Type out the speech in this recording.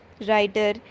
writer